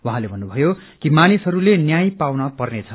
उहाँले भन्नुभयो कि मानिसहरूले न्याय पाउन पर्नेछ